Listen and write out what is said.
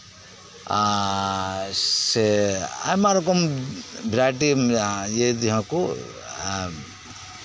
ᱟᱨ ᱥᱮ ᱟᱭᱢᱟ ᱨᱚᱠᱚᱢ ᱵᱷᱮᱨᱟᱭᱴᱤ ᱤᱭᱟᱹᱭ ᱛᱮᱸᱦᱚᱸ ᱠᱚ